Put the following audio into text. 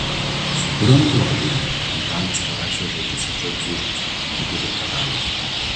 sukūriau melodiją antanas parašė žodžius apie dzūkus girių karalius